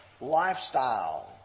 lifestyle